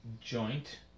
Joint